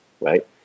right